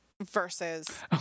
Versus